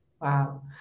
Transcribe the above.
Wow